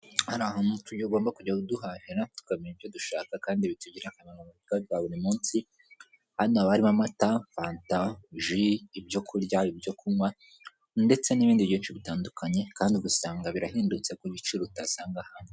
Hari ahantu tugomba kujya duhahira tukamenya ibyo dushaka kandi bitugirira akamaro mu bwa mubuzima bwa buri munsi, hano haba harimo amata, fanta, ji, ibyo kurya, ibyo kunywa, ndetse n'ibindi byinshi bitandukanye kandi ugasanga birahendundutse ku biciro utasanga ahandi.